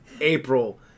April